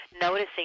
noticing